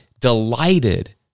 delighted